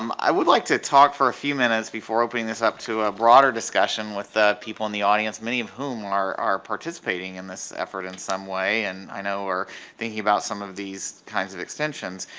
um i would like to talk for a few minutes before opening this up to a broader discussion with people in the audience many of whom are are participating in this effort in some way and i know are thinking about some of these kinds of extensions,